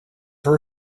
her